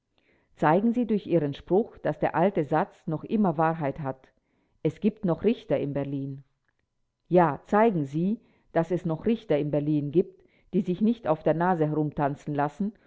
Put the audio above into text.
zeigen sie durch ihren spruch daß der alte satz noch immer wahrheit hat es gibt noch richter in berlin ja zeigen sie daß es noch richter in berlin gibt die sich nicht auf der nase herumtanzen lassen